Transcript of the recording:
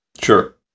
Sure